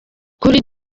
kuri